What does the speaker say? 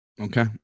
okay